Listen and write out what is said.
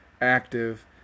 active